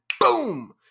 boom